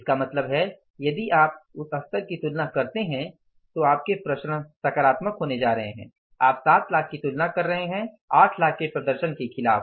इसका मतलब है यदि आप उस स्तर की तुलना करते हैं तो आपके प्रसरण सकारात्मक होने जा रहे हैं आप 7 लाख की लागत की तुलना कर रहे हैं 8 लाख के प्रदर्शन के खिलाफ